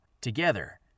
Together